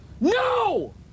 No